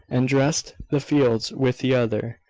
and dressed the fields with the other,